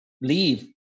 leave